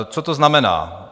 Co to znamená?